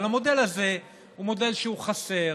אבל המודל הזה הוא מודל שהוא חסר,